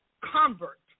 convert